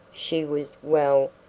she was well,